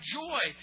joy